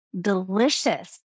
delicious